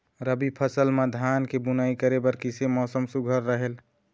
रबी फसल म धान के बुनई करे बर किसे मौसम सुघ्घर रहेल?